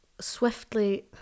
Swiftly